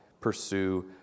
pursue